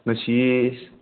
ꯉꯁꯤ